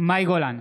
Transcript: מאי גולן,